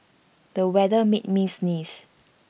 the weather made me sneeze